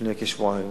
לפני כשבועיים,